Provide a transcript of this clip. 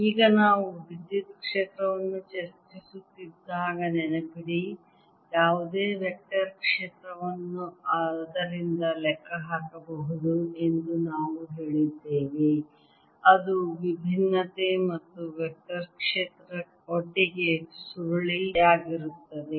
ಈಗ ನಾವು ವಿದ್ಯುತ್ ಕ್ಷೇತ್ರವನ್ನು ಚರ್ಚಿಸುತ್ತಿದ್ದಾಗ ನೆನಪಿಡಿ ಯಾವುದೇ ವೆಕ್ಟರ್ ಕ್ಷೇತ್ರವನ್ನು ಅದರಿಂದ ಲೆಕ್ಕಹಾಕಬಹುದು ಎಂದು ನಾವು ಹೇಳಿದ್ದೇವೆ ಅದು ವಿಭಿನ್ನತೆ ಮತ್ತು ವೆಕ್ಟರ್ ಕ್ಷೇತ್ರ ಒಟ್ಟಿಗೆ ಸುರುಳಿಯಾಗಿರುತ್ತದೆ